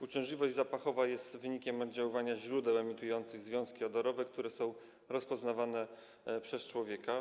Uciążliwość zapachowa jest wynikiem oddziaływania źródeł emitujących związki odorowe, które są rozpoznawane przez człowieka.